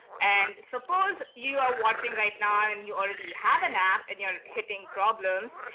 and suppose you are watching right now and you already have an app and you're hitting problems,